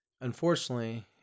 Unfortunately